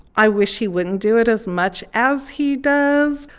i wish he wouldn't do it as much as he does.